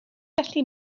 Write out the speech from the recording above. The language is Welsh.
gallu